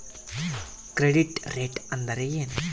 Credit rate ಅಂದರೆ ಏನು?